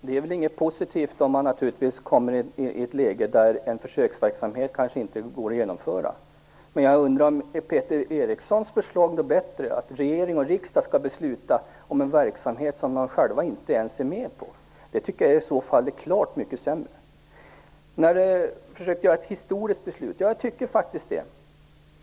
Fru talman! Det finns naturligtvis ingenting positivt med att hamna i ett läge där en försöksverksamhet kanske inte går att genomföra. Men jag undrar om Peter Erikssons förslag att regering och riksdag skall besluta om en verksamhet de själva inte ens är med på är bättre? Jag tycker att det är klart mycket sämre. Ja, jag tycker faktiskt att detta är ett historiskt beslut.